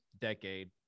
decade